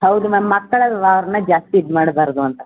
ಹೌದು ಮ್ಯಾಮ್ ಮಕ್ಕಳಲ್ಲವಾ ಅವ್ರನ್ನ ಜಾಸ್ತಿ ಇದು ಮಾಡಬಾರ್ದು ಅಂತ